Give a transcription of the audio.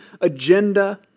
agenda